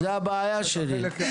זאת הבעיה שלי.